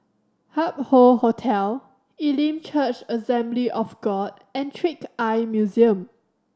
Hup Hoe Hotel Elim Church Assembly of God and Trick Eye Museum